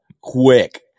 quick